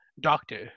doctor